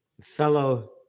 Fellow